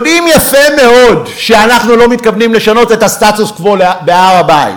יודעים יפה מאוד שאנחנו לא מתכוונים לשנות את הסטטוס-קוו בהר-הבית.